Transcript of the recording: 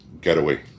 Getaway